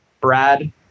Brad